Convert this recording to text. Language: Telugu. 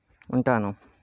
ఉంటాను